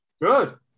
good